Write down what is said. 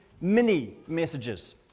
mini-messages